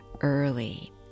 early